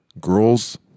girls